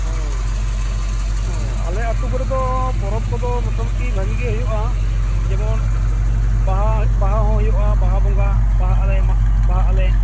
ᱚᱻ ᱚᱻ ᱟᱞᱮ ᱟᱹᱛᱩ ᱠᱚᱨᱮᱫᱚ ᱯᱚᱨᱚᱵᱽ ᱠᱚᱫᱚ ᱢᱳᱴᱟ ᱢᱩᱴᱤ ᱵᱷᱟᱹᱜᱤ ᱜᱮ ᱦᱩᱭᱩᱜᱼᱟ ᱡᱮᱢᱚᱱ ᱵᱟᱦᱟ ᱵᱟᱦᱟ ᱦᱚᱸ ᱦᱩᱭᱩᱜᱼᱟ ᱵᱟᱦᱟ ᱵᱚᱸᱜᱟ ᱵᱟᱦᱟᱜ ᱟᱞᱮ ᱢᱟᱜ ᱵᱟᱦᱟᱜ ᱟᱞᱮ